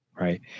right